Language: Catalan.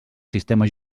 sistema